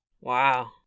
wow